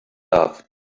loved